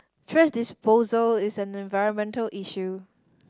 thrash disposal is an environmental issue